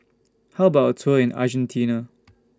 How about A Tour in Argentina